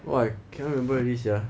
!wah! cannot remember already sia